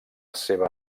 seva